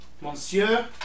Monsieur